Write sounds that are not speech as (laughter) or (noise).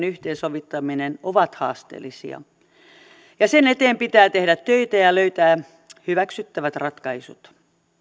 (unintelligible) yhteensovittaminen ovat haasteellisia ja sen eteen pitää tehdä töitä ja löytää hyväksyttävät ratkaisut